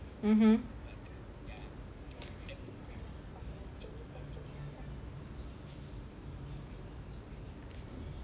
mmhmm